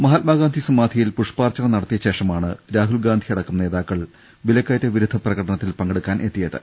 മഹാ ത്മാഗാന്ധി സമാധിയിൽ പുഷ്പാർച്ചന നടത്തിയശേഷമാണ് രാഹുൽഗാന്ധി അടക്കം നേതാക്കൾ വിലക്കയറ്റ വിരുദ്ധ പ്രകടനത്തിൽ പങ്കെടുക്കാനെത്തിയത്